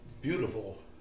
beautiful